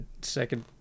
second